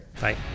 Bye